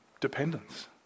dependence